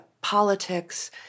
politics